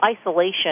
isolation